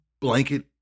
blanket